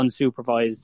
unsupervised